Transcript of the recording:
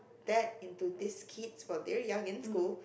that into these kids for very young in school